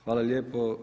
Hvala lijepo.